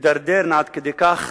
הידרדרו עד כדי כך